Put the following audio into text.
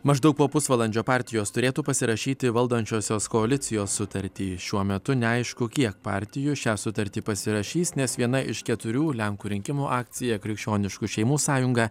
maždaug po pusvalandžio partijos turėtų pasirašyti valdančiosios koalicijos sutartį šiuo metu neaišku kiek partijų šią sutartį pasirašys nes viena iš keturių lenkų rinkimų akcija krikščioniškų šeimų sąjunga